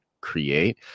create